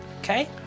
Okay